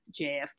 JFK